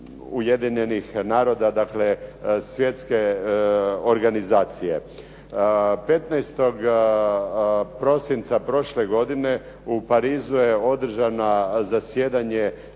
Ujedinjenih naroda, dakle svjetske organizacije. 15. prosinca prošle godine u Parizu je održano zasjedanje